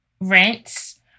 rents